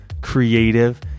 creative